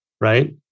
Right